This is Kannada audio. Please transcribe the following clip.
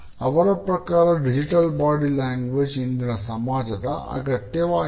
ಅವರ ಪ್ರಕಾರ ಡಿಜಿಟಲ್ ಬಾಡಿ ಲ್ಯಾಂಗ್ವೇಜ್ ಇಂದಿನ ಸಾಮಾಜದ ಅಗತ್ಯವಾಗಿದೆ